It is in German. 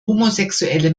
homosexuelle